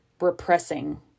repressing